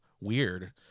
weird